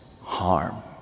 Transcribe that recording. harm